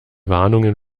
warnungen